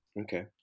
okay